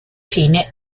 fine